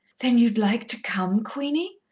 then you'd like to come, queenie?